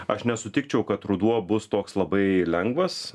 aš nesutikčiau kad ruduo bus toks labai lengvas